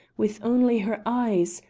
with only her eyes,